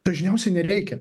dažniausiai nereikia